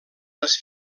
les